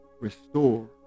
restore